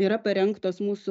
yra parengtos mūsų